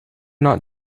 not